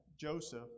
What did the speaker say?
Joseph